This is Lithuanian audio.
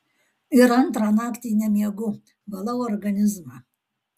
ir antrą naktį nemiegu valau organizmą